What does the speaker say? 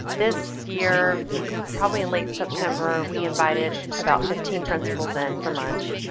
this year probably in late september we invited about fifteen principals in for lunch.